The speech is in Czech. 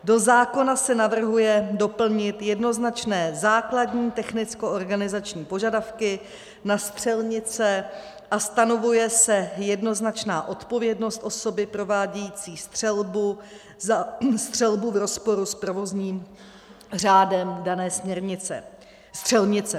Do zákona se navrhuje doplnit jednoznačné základní technickoorganizační požadavky na střelnice a stanovuje se jednoznačná odpovědnost osoby provádějící střelbu za střelbu v rozporu s provozním řádem dané střelnice.